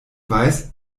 weiß